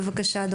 בבקשה.